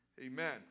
Amen